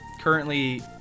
currently